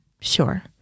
Sure